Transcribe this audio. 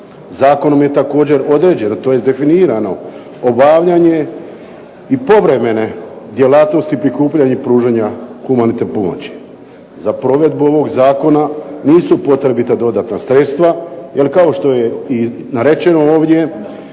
Zakonom je također određeno tj. definirano obavljanje i povremene djelatnosti prikupljanja i pružanja humanitarne pomoći. Za provedbu ovog zakona nisu potrebita dodatna sredstva, jer kao što je narečno ovdje